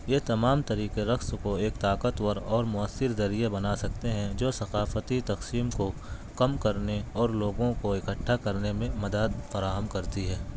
یہ تمام طریقے رقص كو ايک طاقتور اور مؤثر ذريعے بنا سكتے ہيں جو ثقافتی تقسیم کو کم کرنے اور لوگوں کو اکٹھا کرنے میں مدد فراہم کرتی ہے